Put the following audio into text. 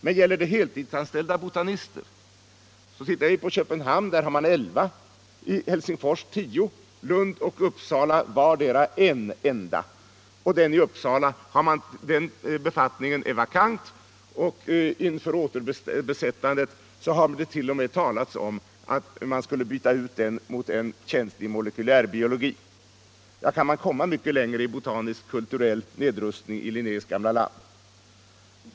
Men i fråga om heltidsanställda botanister har Köpenhamn 11, Helsingfors 10, Lund och Uppsala vardera en enda. Befattningen i Uppsala är vakant, och inför återbesättandet har det t.o.m. talats om att byta ut den tjänsten mot en tjänst i molekylärbiologi. Kan man komma mycket längre i botanisk kulturell nedrustning i Linnés gamla land?